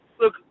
look